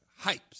hypes